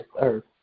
earth